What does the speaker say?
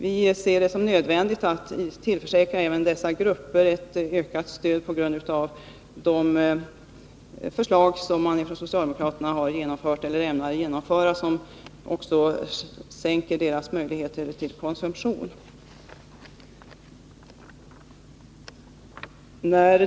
Vi ser det som nödvändigt att tillförsäkra även de grupper det här gäller ett ökat stöd på grund av de förslag som man från socialdemokraterna ämnar genomföra och som också sänker deras möjligheter till konsumtion.